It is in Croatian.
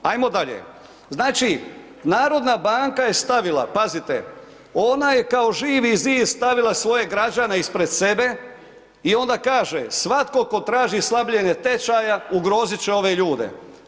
Ajmo dalje, znači narodna banka je stavila pazite ona je kao živi zid stavila svoje građane ispred sebe i onda kaže, svatko tko traži slabljenje tečaja ugrozit će ove ljude.